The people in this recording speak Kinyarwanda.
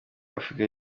afurika